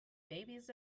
babies